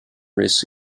risk